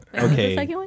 Okay